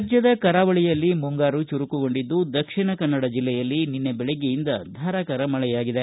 ರಾಜ್ಞದ ಕರಾವಳಿಯಲ್ಲಿ ಮುಂಗಾರು ಚುರುಕುಗೊಂಡಿದ್ದು ದಕ್ಷಿಣ ಕನ್ನಡ ಜಿಲ್ಲೆಯಲ್ಲಿ ನಿನ್ನೆ ಬೆಳಗ್ಗೆಯಿಂದ ಧಾರಾಕಾರ ಮಳೆಯಾಗಿದೆ